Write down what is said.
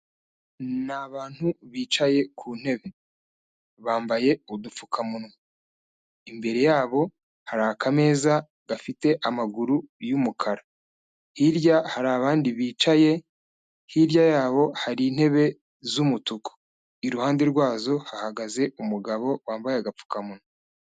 Ni abantu bicaye ku ntebe. Bambaye udupfukamunwa. Imbere yabo hari akameza gafite amaguru y'umukara. Hirya hari abandi bicaye, hirya yabo hari intebe z'umutuku. Iruhande rwazo hahagaze umugabo wambaye agapfukamunwa.